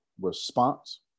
response